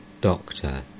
Doctor